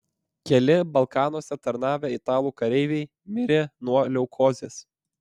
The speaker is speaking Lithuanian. keli balkanuose tarnavę italų kareiviai mirė nuo leukozės